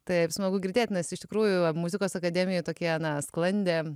taip smagu girdėt nes iš tikrųjų muzikos akademijoj tokie na sklandė